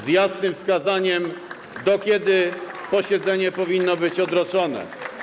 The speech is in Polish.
Z jasnym wskazaniem, do kiedy posiedzenie powinno być odroczone.